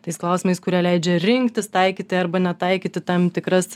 tais klausimais kurie leidžia rinktis taikyti arba netaikyti tam tikras